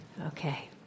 okay